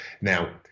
now